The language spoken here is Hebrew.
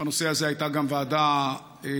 בנושא הזה הייתה גם ועדה ממשלתית.